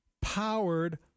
powered